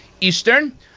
Eastern